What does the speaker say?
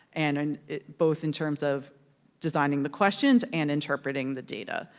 and and both in terms of designing the questions and interpreting the data.